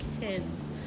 kids